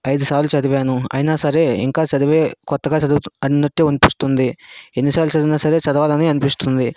అయిదు సార్లు చదివాను అయినా సరే ఇంకా చదివే కొత్తగా చదువు అన్నట్టే అనిపిస్తుంది ఎన్ని సార్లు చదివిన చదవాలనే అనిపిస్తుంది